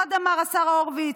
עוד אמר השר הורוביץ,